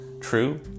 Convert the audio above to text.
true